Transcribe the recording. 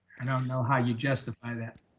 know how you justify that.